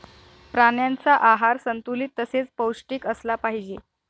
प्राण्यांचा आहार संतुलित तसेच पौष्टिक असला पाहिजे